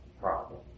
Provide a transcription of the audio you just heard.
problem